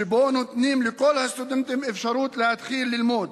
שבו נותנים לכל הסטודנטים אפשרות להתחיל ללמוד,